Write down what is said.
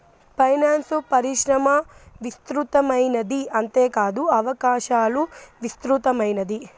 finance పరిశ్రమ విస్తృతమైనది అంతేకాదు అవకాశాలు విస్తృతమైనది